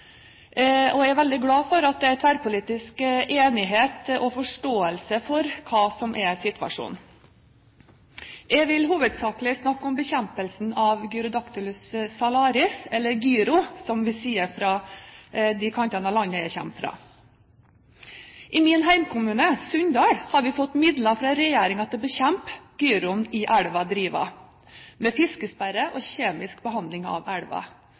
Jeg er veldig glad for at det er tverrpolitisk enighet om og forståelse for hva som er situasjonen. Jeg vil hovedsakelig snakke om bekjempelsen av Gyrodactylus salaris, eller Gyro, som vi sier på de kantene av landet som jeg kommer fra. I min heimkommune, Sunndal, har vi fått midler fra regjeringen til å bekjempe gyroen i elva Driva med fiskesperre og kjemisk behandling av elva.